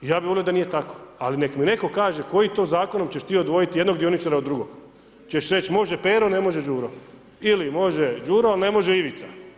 Ja bih volio da nije tako, ali nek mi netko kaže kojim to zakonom ćeš ti odvojiti jednog dioničara od drugog, gdje ćeš reći može Pero, ne može Đuro ili može Đuro, al ne može Ivica.